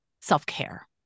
self-care